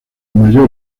mayor